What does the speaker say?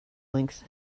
length